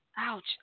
Ouch